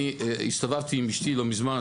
אני הסתובבתי עם אשתי לא מזמן,